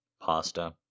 pasta